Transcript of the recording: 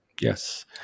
Yes